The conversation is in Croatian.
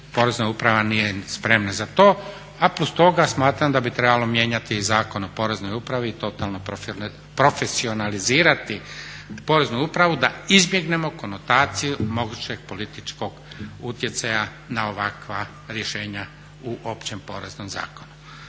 porezna uprava nije spremna za to a plus toga smatram da bi trebalo mijenjati i Zakon o poreznoj upravi i totalno profesionalizirati poreznu upravu da izbjegnemo konotaciju mogućeg političkog utjecaja na ovakva rješenja u općem Poreznom zakonu.